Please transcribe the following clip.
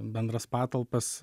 bendras patalpas